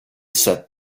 sat